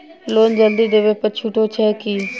Loan जल्दी देबै पर छुटो छैक की?